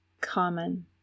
common